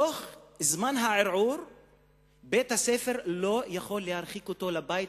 בתוך זמן הערעור בית-הספר לא יכול להרחיק אותו לביתו,